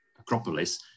acropolis